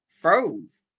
froze